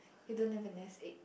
you don't have a nest egg